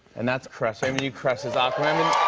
and that's crush i mean, you crushed as aquaman.